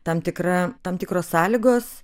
tam tikra tam tikros sąlygos